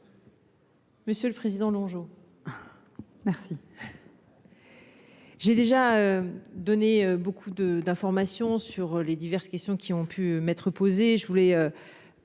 Monsieur le Président Longeau. Merci.